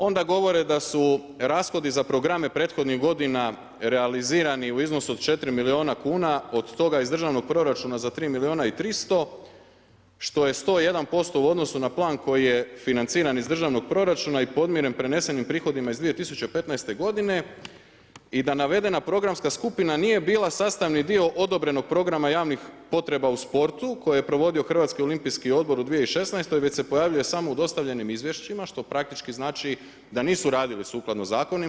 Onda govore, da su rashodi za programe prethodnih godina, realizirani u iznosu od 4 milijuna kuna, od toga iz državnog proračuna za 3 milijuna i 300, što je 101% u odnosu na plan koji je financiran iz državnog proračuna i podmiren prenesenim prihodima iz 2015.g. I da navedena programska skupina nije bila sastavni dio odobrenog programa javnih potreba u sportu, koje je provodio HOO u 2016. već se pojavljuje samo u dostavljenim izvješćima, što praktički znači da nisu radili sukladno zakonima.